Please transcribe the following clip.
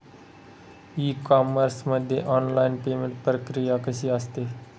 E commerce मध्ये online payment प्रक्रिया कशी असते?